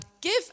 give